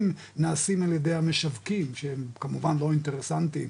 נעשים על ידי המשווקים שהם כמובן לא אינטרסנטים